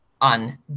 on